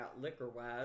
liquor-wise